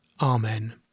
Amen